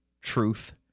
truth